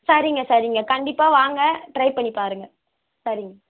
சரிங்க சரிங்க கண்டிப்பாக வாங்க ட்ரை பண்ணி பாருங்கள் சரிங்க